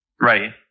Right